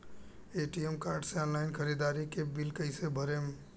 ATM card से online ख़रीदारी के बिल कईसे भरेम?